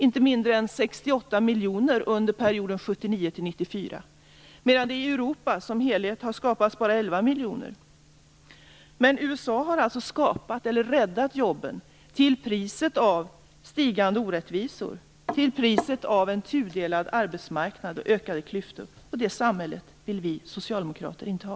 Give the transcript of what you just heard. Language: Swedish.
Inte mindre än 68 miljoner har skapats under perioden 1979-1994. I Europa som helhet har det bara skapats 11 miljoner. Men USA har alltså skapat, eller räddat, jobb till priset av stigande orättvisor och till priset av en tudelad arbetsmarknad och ökade klyftor. Det samhället vill vi socialdemokrater inte ha.